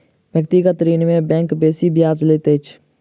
व्यक्तिगत ऋण में बैंक बेसी ब्याज लैत अछि